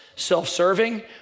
self-serving